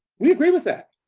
we agree with that.